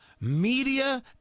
Media